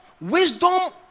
wisdom